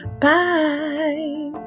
Bye